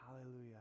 Hallelujah